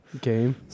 game